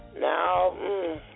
Now